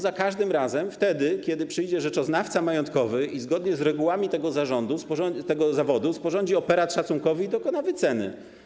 Za każdym razem, wtedy kiedy przyjdzie rzeczoznawca majątkowy i zgodnie z regułami tego zawodu sporządzi operat szacunkowy i dokona wyceny.